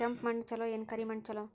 ಕೆಂಪ ಮಣ್ಣ ಛಲೋ ಏನ್ ಕರಿ ಮಣ್ಣ ಛಲೋ?